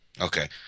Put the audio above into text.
Okay